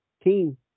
Team